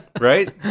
right